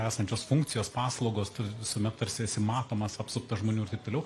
esančios funkcijos paslaugos tu visuomet tarsi esi matomas apsuptas žmonių ir taip toliau